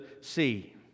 see